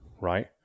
right